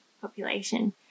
population